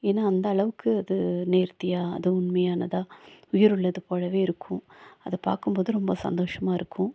ஏன்னா அந்த அளவுக்கு அது நேர்த்தியாக அது உண்மையானதாக உயிர் உள்ளது போலவே இருக்கும் அதை பார்க்கும் போது ரொம்ப சந்தோஷமாக இருக்கும்